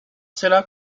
cela